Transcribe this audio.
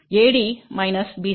AD minus BC